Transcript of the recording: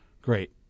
Great